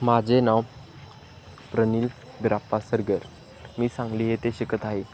माझे नाव प्रनिल बिराप्पा सरगर मी सांगली येथे शिकत आहे